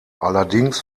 allerdings